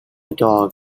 dog